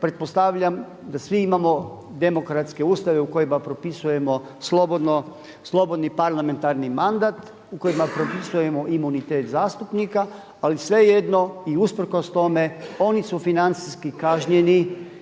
Pretpostavljam da svi imamo demokratske ustave u kojima propisujemo slobodni parlamentarni mandat, u kojima propisujemo imunitet zastupnika. Ali svejedno i usprkos tome oni su financijski kažnjeni